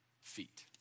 feet